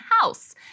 House—